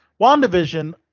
WandaVision